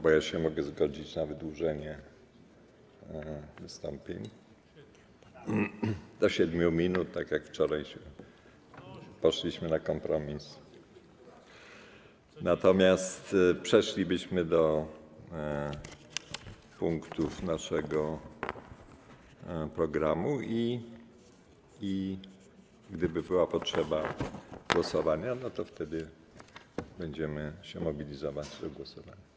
Bo ja się mogę zgodzić na wydłużenie wystąpień do 7 minut, tak jak wczoraj poszliśmy na kompromis, natomiast przeszlibyśmy do punktów naszego programu i gdyby była potrzeba głosowania, to wtedy będziemy się mobilizować do głosowania.